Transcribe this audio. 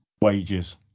Wages